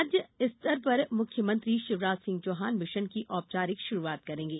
राज्य सतर पर मुख्यमंत्री शिवराज सिंह चौहान मिशन की औपचारिक शुरूआत करेंगे